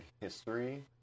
history